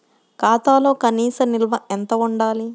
ఖాతాలో కనీస నిల్వ ఎంత ఉండాలి?